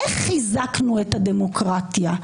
איך חיזקנו את הדמוקרטיה,